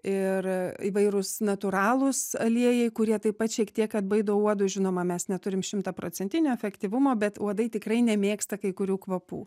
ir įvairūs natūralūs aliejai kurie taip pat šiek tiek atbaido uodus žinoma mes neturim šimtaprocentinio efektyvumo bet uodai tikrai nemėgsta kai kurių kvapų